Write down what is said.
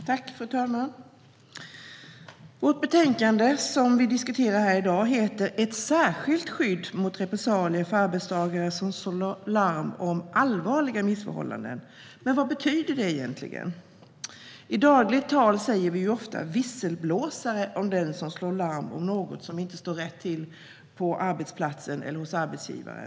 Fru talman! Vårt betänkande som vi diskuterar i dag heter Ett särskilt skydd mot repressalier för arbetstagare som slår larm om allvarliga missförhållanden . Men vad betyder det egentligen? I dagligt tal säger vi ofta "visselblåsare" om den som slår larm om något som inte står rätt till på arbetsplatsen eller hos arbetsgivaren.